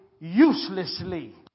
uselessly